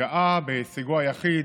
והתגאה בהישגו היחיד: